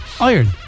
iron